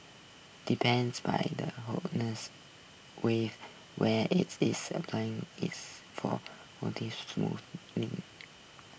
depends by the Waves where it is a plan its for smooth me